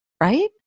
right